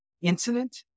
incident